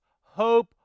hope